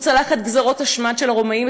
הוא צלח את גזירות השמד של הרומאים,